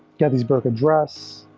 gettysburg address